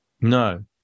No